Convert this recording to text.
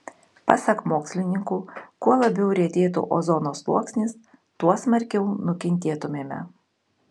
pasak mokslininkų kuo labiau retėtų ozono sluoksnis tuo smarkiau nukentėtumėme